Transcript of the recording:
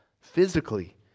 physically